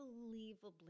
unbelievably